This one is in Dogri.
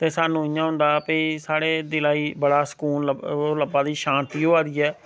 ते स्हानू इयां होंदा भाई साढ़े दिला गी बड़ा सुकून ओह् लब्भा दी शांति होआ दी ऐ